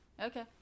okay